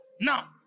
Now